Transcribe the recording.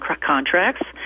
contracts